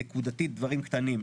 נקודתית, דברים קטנים.